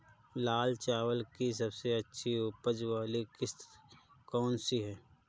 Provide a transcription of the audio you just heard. लाल चावल की सबसे अच्छी उपज वाली किश्त कौन सी है?